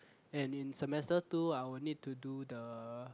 and in semester two I will need to do the